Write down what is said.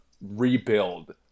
rebuild